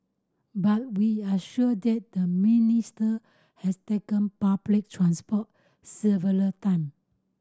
but we are sure that the Minister has taken public transport several time